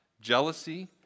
jealousy